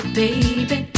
baby